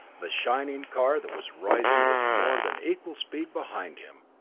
the shining car that was rising with more than equal speed behind him.